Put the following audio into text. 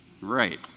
right